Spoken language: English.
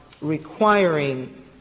requiring